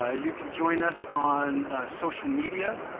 ah you can join us on social media.